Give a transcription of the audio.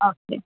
okay